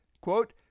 quote